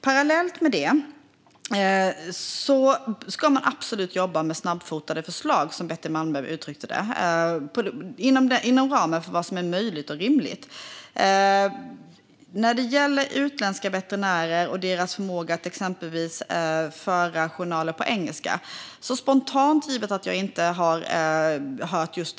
Parallellt med detta ska man absolut jobba med snabbfotade förslag, som Betty Malmberg uttryckte det, inom ramen för vad som är möjligt och rimligt. När det gäller utländska veterinärer och deras möjlighet att exempelvis föra journaler på engelska är det, spontant, ett rimligt förslag som man kanske kan hantera snabbfotat.